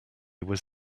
was